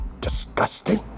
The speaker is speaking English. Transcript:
Disgusting